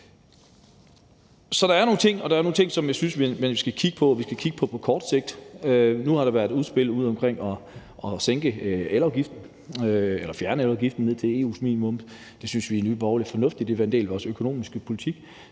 Så der er nogle ting der, og der er nogle ting, som jeg synes vi skal kigge på på kort sigt. Nu har der været et udspil om at fjerne eller sænke elafgiften ned til EU's minimum. Det synes vi i Nye Borgerlige er fornuftigt, og det har været en del af vores økonomiske politik,